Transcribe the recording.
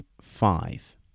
five